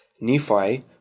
Nephi